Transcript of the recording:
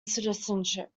citizenship